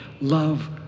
love